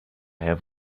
have